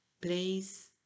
place